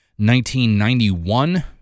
1991